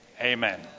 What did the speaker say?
Amen